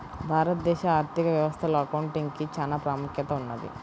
భారతదేశ ఆర్ధిక వ్యవస్థలో అకౌంటింగ్ కి చానా ప్రాముఖ్యత ఉన్నది